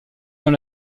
dans